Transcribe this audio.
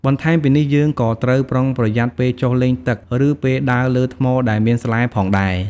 បន្ថែមពីនេះ យើងក៏ត្រូវប្រុងប្រយ័ត្នពេលចុះលេងទឹក ឬពេលដើរលើថ្មដែលមានស្លែផងដែរ។